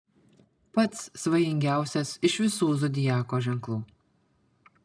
pats svajingiausias iš visų zodiako ženklų